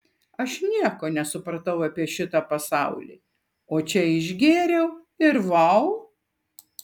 aš nieko nesupratau apie šitą pasaulį o čia išgėriau ir vau